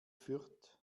fürth